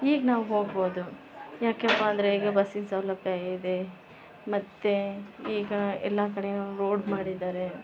ಈಗ ನಾವು ಹೋಗ್ಬೋದು ಯಾಕಪ್ಪ ಅಂದರೆ ಈಗ ಬಸ್ಸಿನ ಸೌಲಭ್ಯ ಇದೆ ಮತ್ತು ಈಗ ಎಲ್ಲ ಕಡೇ ರೋಡ್ ಮಾಡಿದ್ದಾರೆ